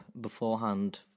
beforehand